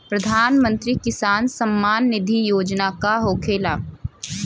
प्रधानमंत्री किसान सम्मान निधि योजना का होखेला?